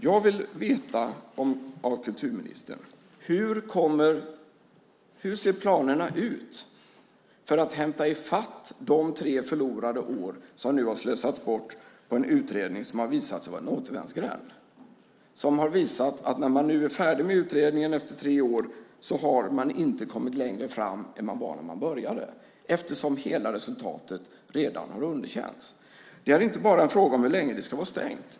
Jag vill veta av kulturministern: Hur ser planerna ut för att hämta ifatt de tre förlorade år som nu har slösats bort på en utredning som har visat sig vara en återvändsgränd? Det har visat sig att när man nu är färdig med utredningen efter tre år har man inte kommit längre fram än där man var när man började eftersom hela resultatet redan har underkänts. Det är inte bara en fråga om hur länge museet ska vara stängt.